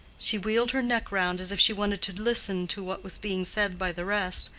she wheeled her neck round as if she wanted to listen to what was being said by the rest,